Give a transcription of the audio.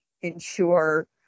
ensure